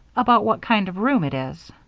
about what kind of room it is?